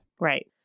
Right